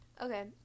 Okay